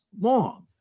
long